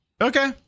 Okay